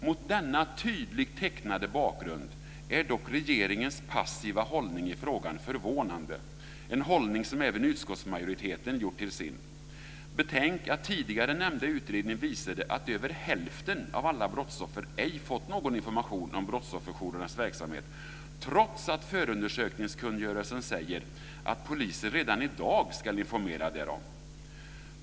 Mot denna tydligt tecknade bakgrund är regeringens passiva hållning i frågan förvånande, en hållning som även utskottsmajoriteten gjort till sin. Betänk att tidigare nämnda utredning visade att över hälften av alla brottsoffer ej fått någon information om brottsofferjourernas verksamhet, trots att förundersökningskungörelsen säger att polisen redan i dag ska informera därom!